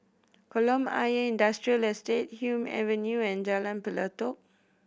Kolam Ayer Industrial Estate Hume Avenue and Jalan Pelatok